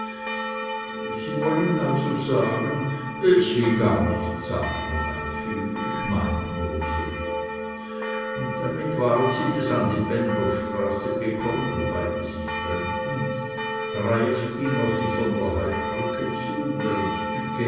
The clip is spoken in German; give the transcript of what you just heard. sie wollen also sagen ich will gar nichts sagen reiff ich meine nur so und damit waren sie bis an die bendlerstraße gekommen wo beide sich trennten reiff ging auf die von der heydt brücke zu während